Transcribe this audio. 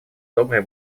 доброй